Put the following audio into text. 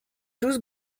douze